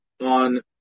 on